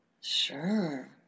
Sure